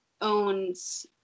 owns